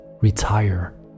retire